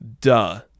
duh